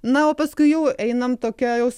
na o paskui jau einam tokia jau